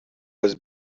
was